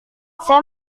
saya